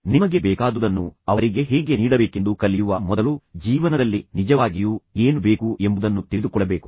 ಮತ್ತು ನಿಮಗೆ ಬೇಕಾದುದನ್ನು ಅವರಿಗೆ ಹೇಗೆ ನೀಡಬೇಕೆಂದು ನೀವು ಕಲಿಯುವ ಮೊದಲು ಈ ಜೀವನದಲ್ಲಿ ನಿಮಗೆ ನಿಜವಾಗಿಯೂ ಏನು ಬೇಕು ಎಂಬುದನ್ನು ನೀವು ತಿಳಿದುಕೊಳ್ಳಬೇಕು